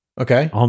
Okay